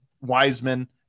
Wiseman